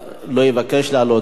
אנחנו נעבור להצבעה.